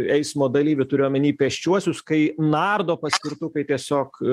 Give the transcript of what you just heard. eismo dalyvių turiu omeny pėsčiuosius kai nardo paspirtukai tiesiog